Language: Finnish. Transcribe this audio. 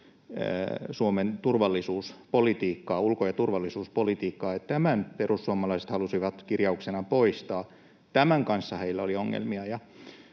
ulko- ja turvallisuuspolitiikkaan. Tämän perussuomalaiset halusivat kirjauksena poistaa. Tämän kanssa heillä oli ongelmia.